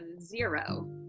zero